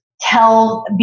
tell